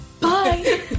Bye